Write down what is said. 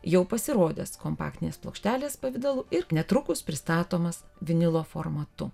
jau pasirodęs kompaktinės plokštelės pavidalu ir netrukus pristatomas vinilo formatu